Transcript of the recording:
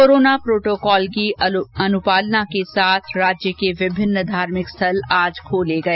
corona protocol की अनुपालना के साथ राज्य के विभिन्न धार्मिक स्थल आज खोले गए